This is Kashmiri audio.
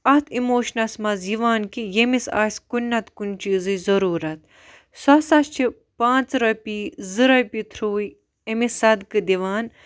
اَتھ اِموشنَس مَنٛز یِوان کہِ ییٚمِس آسہِ کُنہِ نَتہٕ کُنہِ چیزٕچ ضرورَت سُہ ہسا چھُ پانژھ رۄپیہِ زٕ رۄپیہِ تھرووٕے أمِس صدقہٕ دِوان